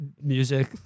music